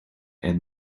and